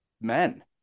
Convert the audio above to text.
men